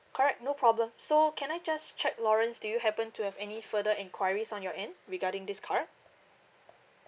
correct no problem so can I just check lawrence do you happen to have any further enquiries on your end regarding this card